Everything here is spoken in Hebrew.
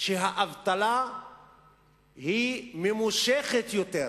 שהאבטלה היא ממושכת יותר.